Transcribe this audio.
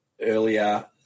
earlier